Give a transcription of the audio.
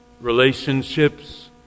relationships